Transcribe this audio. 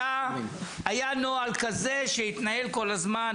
היה נוהל כזה שהתנהל כל הזמן,